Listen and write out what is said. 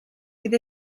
fydd